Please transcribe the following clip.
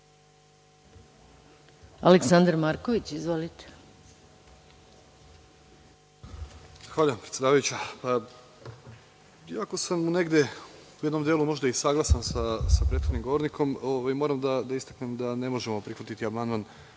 **Aleksandar Marković** Zahvaljujem predsedavajuća. Iako sam negde u jednom delu možda i saglasan sa prethodnim govornikom, moram da istaknem da ne možemo prihvatiti amandman